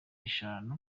eshanu